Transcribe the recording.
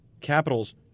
Capitals